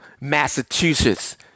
Massachusetts